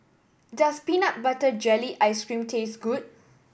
does peanut butter jelly ice cream taste good